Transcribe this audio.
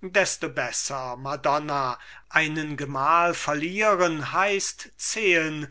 desto besser madonna einen gemahl verlieren heißt zehen